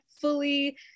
fully